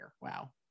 Wow